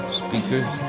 speakers